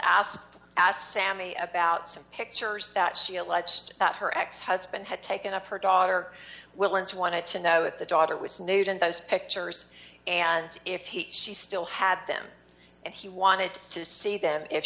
asked sammy about some pictures that she alleged that her ex husband had taken up her daughter will and wanted to know it the daughter was nude in those pictures and if he she still had them and he wanted to see them if